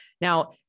Now